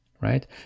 right